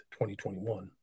2021